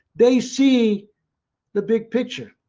they see the big picture.